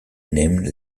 named